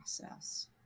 process